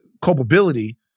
culpability